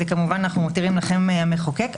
אנחנו מתירים זאת כמובן לכם, המחוקק.